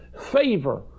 Favor